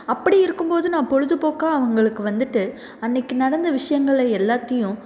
அப்படி இருக்கும் போது நான் பொழுதுபோக்காக அவங்களுக்கு வந்துட்டு அன்னைக்கி நடந்த விஷயங்கள்ல எல்லாத்தையும்